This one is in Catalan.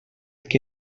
que